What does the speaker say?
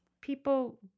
People